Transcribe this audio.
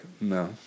no